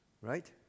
right